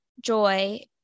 Joy